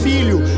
Filho